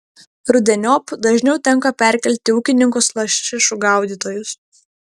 rudeniop dažniau tenka perkelti ūkininkus lašišų gaudytojus